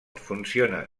funciona